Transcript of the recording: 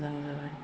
मोजां जाबाय